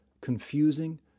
confusing